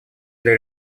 для